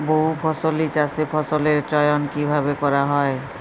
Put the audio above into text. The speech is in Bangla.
বহুফসলী চাষে ফসলের চয়ন কীভাবে করা হয়?